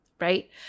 right